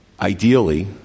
ideally